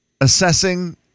assessing